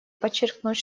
подчеркнуть